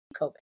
COVID